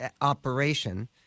operation